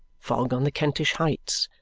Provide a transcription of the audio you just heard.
fog on the kentish heights.